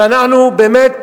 שאנחנו באמת